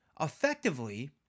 effectively